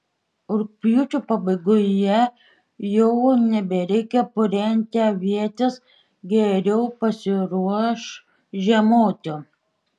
rugpjūčio pabaigoje jau nebereikia purenti avietės geriau pasiruoš žiemoti